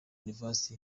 university